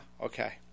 Okay